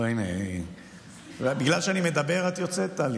בגלל שאני מדבר את יוצאת, טלי?